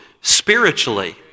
spiritually